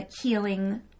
healing